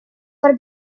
per